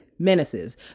menaces